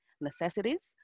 necessities